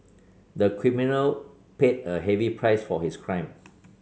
the criminal paid a heavy price for his crime